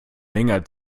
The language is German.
länger